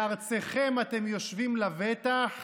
בארצכם אתם יושבים לבטח